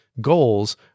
goals